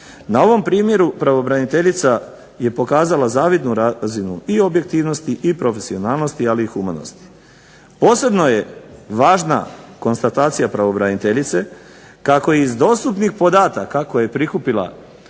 Na ovom primjeru pravobraniteljica je pokazala zavidnu razinu i objektivnosti i profesionalnosti, ali i humanosti. Posebno je važna konstatacija pravobraniteljice kako iz dostupnih podataka koje je prikupila